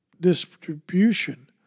distribution